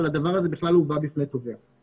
אבל הדבר הזה בכלל לא הובא בפני תובע.